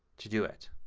to do it.